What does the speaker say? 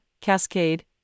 Cascade